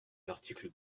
l’article